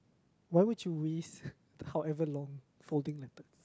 why would you risk how ever long folding letters